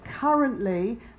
currently